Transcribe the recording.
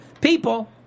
People